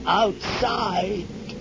outside